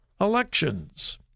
elections